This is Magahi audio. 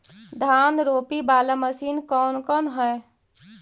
धान रोपी बाला मशिन कौन कौन है?